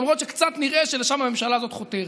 למרות שקצת נראה שלשם הממשלה הזאת חותרת,